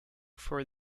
for